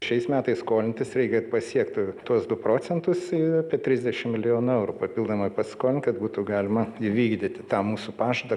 šiais metais skolintis reikia pasiekt tuos du procentus apie trisdešimt milijonų eurų papildomai paskolint kad būtų galima įvykdyti tą mūsų pažadą